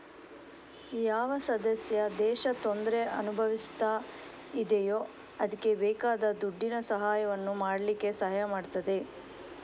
ಯಾವ ಸದಸ್ಯ ದೇಶ ತೊಂದ್ರೆ ಅನುಭವಿಸ್ತಾ ಇದೆಯೋ ಅದ್ಕೆ ಬೇಕಾದ ದುಡ್ಡಿನ ಸಹಾಯವನ್ನು ಮಾಡ್ಲಿಕ್ಕೆ ಸಹಾಯ ಮಾಡ್ತದೆ